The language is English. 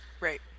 Right